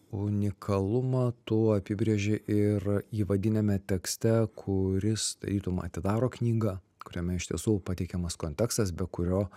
unikalumą tu apibrėži ir įvadiniame tekste kuris tarytum atidaro knygą kuriame iš tiesų pateikiamas kontekstas be kurio